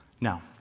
Now